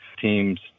teams